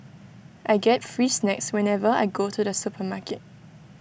I get free snacks whenever I go to the supermarket